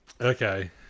Okay